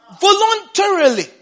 voluntarily